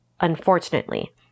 Unfortunately